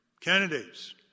candidates